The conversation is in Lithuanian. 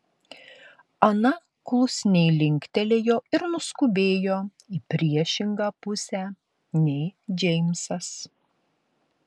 ana klusniai linktelėjo ir nuskubėjo į priešingą pusę nei džeimsas